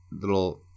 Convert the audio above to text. little